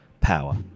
power